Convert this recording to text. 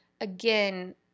again